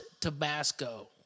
Tabasco